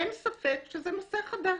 אין ספק שזה נושא חדש.